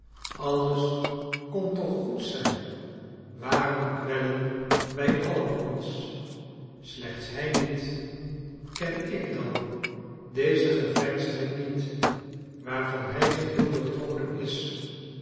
alles kon toch goed zijn waarom kwellen wij allen ons slechts hij niet ken ik dan deze geveinsdheid niet waarvan hij geheel doortrokken is